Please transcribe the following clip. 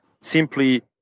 simply